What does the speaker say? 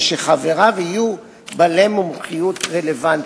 וחבריו יהיו בעלי מומחיות רלוונטית.